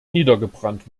niedergebrannt